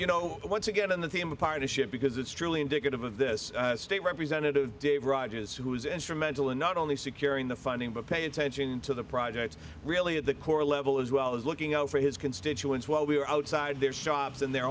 you no once again on the theme of partnership because it's truly indicative of this state representative dave rogers who was instrumental in not only securing the funding but pay attention to the projects really at the core level as well as looking out for his constituents while we were outside their shops in their